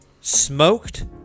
smoked